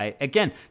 Again